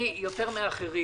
אני יותר מאחרים